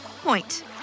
point